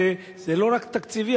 וזה לא רק תקציבי,